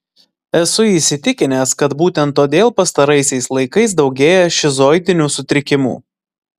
esu įsitikinęs kad būtent todėl pastaraisiais laikais daugėja šizoidinių sutrikimų